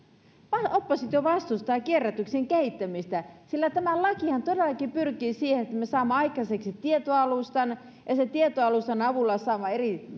vain oppositio vastustaa kierrätyksen kehittämistä sillä tämä lakihan todellakin pyrkii siihen että me saamme aikaiseksi tietoalustan ja sen tietoalustan avulla saamme eri